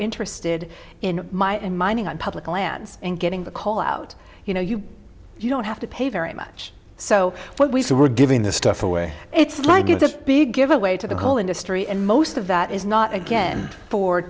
interested in my and mining on public lands and getting the call out you know you you don't have to pay very much so when we say we're giving this stuff away it's like give this big giveaway to the coal industry and most of that is not again for